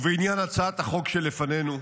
בעניין הצעת החוק שלפנינו,